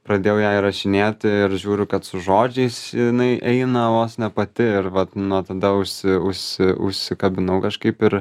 pradėjau ją įrašinėti ir žiūriu kad su žodžiais jinai eina vos ne pati ir vat nuo tada užsi užsi užsikabinau kažkaip ir